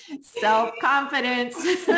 Self-confidence